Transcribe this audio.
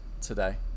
today